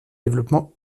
développement